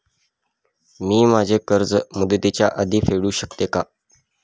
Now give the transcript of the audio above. मी माझे कर्ज मुदतीच्या आधी फेडू शकते का?